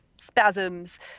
spasms